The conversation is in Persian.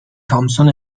تامسون